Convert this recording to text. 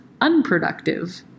unproductive